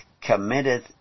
committed